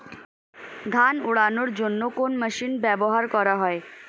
ধান উড়ানোর জন্য কোন মেশিন ব্যবহার করা হয়?